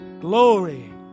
glory